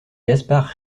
gaspard